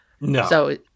No